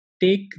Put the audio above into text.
take